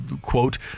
quote